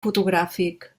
fotogràfic